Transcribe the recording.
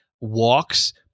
walks